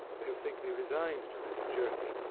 they'll think me resigned to this journey.